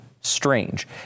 strange